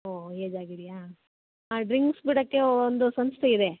ಓಹ್ age ಆಗಿದೆಯಾ ಆ drinks ಬಿಡೋಕ್ಕೆ ಒಂದು ಸಂಸ್ಥೆಯಿದೆ